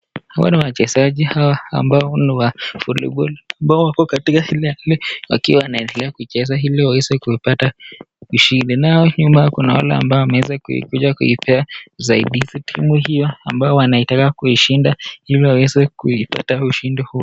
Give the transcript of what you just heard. Hawa ni wachezaji ambao ni wa voliboli ambao wako katika shule wakiwa wanaendelea kucheza ili waweze kupata ushindi. Nao nyuma kuna wale ambao wameweza kuja kuipea usaidizi timu hio ambayo wanataka kuishinda ili waweze kuipata ushindi huu.